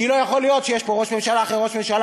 כי לא יכול להיות שיש פה ראש ממשלה אחרי ראש ממשלה,